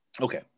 Okay